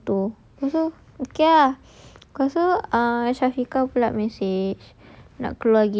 kan ada motor lepas tu okay ah lepas tu syafiqah punya message